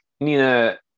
Nina